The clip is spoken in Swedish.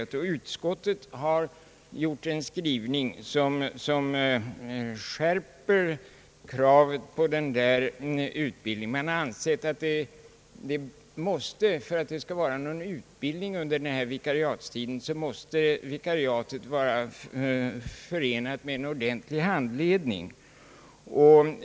Utskottet har också en skrivning som skärper kravet på denna utbildning. Man har ansett att vikariatet måste vara förenat med en ordentlig handledning för att det skall bli någon utbildning under vikariatstiden.